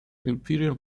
imperial